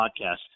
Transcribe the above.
podcast